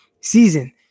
season